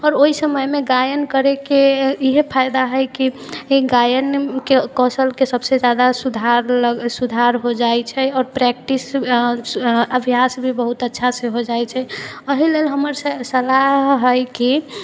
आओर ओइ समयमे गायन करैके इहे फायदा हय कि गायनके कौशलके सभसँ जादा सुधार लग सुधार हो जाइ छै आओर प्रैक्टिस अऽ अऽ अभ्यास भी बहुत अच्छासँ हो जाइ छै अहि लेल हमर से सलाह हय कि